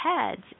heads